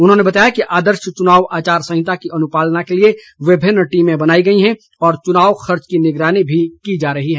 उन्होंने बताया कि आदर्श चुनाव आचार संहिता की अनुपालना के लिए विभिन्न टीमें बनाई गई हैं और चुनाव खर्च की निगरानी भी की जा रही है